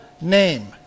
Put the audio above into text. name